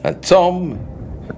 Tom